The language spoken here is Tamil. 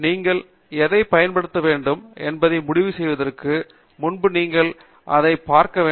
நீங்கள் எதைப் பயன்படுத்த வேண்டும் என்பதை முடிவு செய்வதற்கு முன்பு நீங்கள் அதைப் பார்க்க வேண்டும்